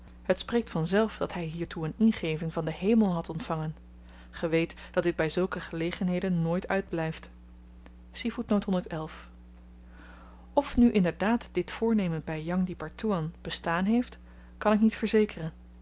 het spreekt vanzelf dat hy hiertoe een ingeving van den hemel had ontvangen ge weet dat dit by zulke gelegenheden nooit uitblyft of nu inderdaad dit voornemen by jang di pertoean bestaan heeft kan ik niet verzekeren